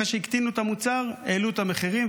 אחרי שהקטינו את המוצר העלו את המחירים.